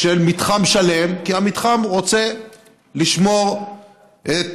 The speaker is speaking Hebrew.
של מתחם שלם, כי המתחם רוצה לשמור את